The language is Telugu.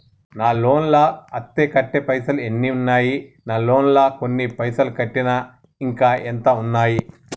నా లోన్ లా అత్తే కట్టే పైసల్ ఎన్ని ఉన్నాయి నా లోన్ లా కొన్ని పైసల్ కట్టిన ఇంకా ఎంత ఉన్నాయి?